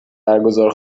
برگزار